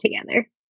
together